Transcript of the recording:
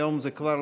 היום זה כבר